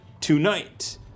tonight